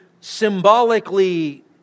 symbolically